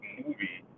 movie